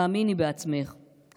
האמיני בעצמך,